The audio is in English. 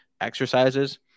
exercises